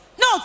No